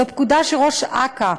זו פקודה שראש אכ"א